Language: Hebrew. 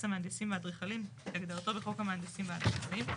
המהנדסים והאדריכלים כהגדרתו בחוק המהנדסים והאדריכלים.